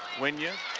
wynja